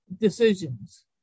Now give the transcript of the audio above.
decisions